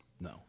No